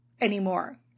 anymore